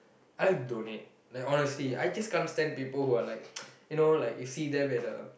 I donate like honestly I just can't stand people who are like you know like you see them at a